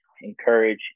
encourage